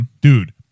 Dude